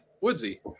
Woodsy